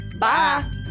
Bye